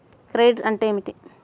Credit అంటే ఏమిటి?